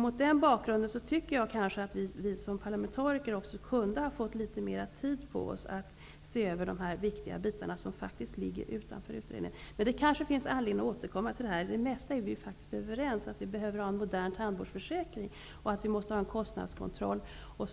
Mot den bakgrunden tycker jag att vi såsom parlamentariker kunde ha fått litet mer tid på oss för att se över dessa viktiga bitar som faktiskt ligger utanför utredningen. Det kanske finns anledning att återkomma till detta. I det mesta är vi ju faktiskt överens om att vi behöver en modern tandvårdsförsäkring och att vi måste ha en kostnadskontroll. Jag